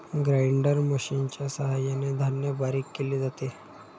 grinder मशिनच्या सहाय्याने धान्य बारीक केले जाते